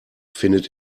findet